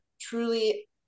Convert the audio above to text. truly